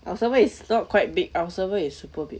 our server is not quite big our server is super big